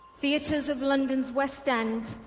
theatres of london's west end.